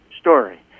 story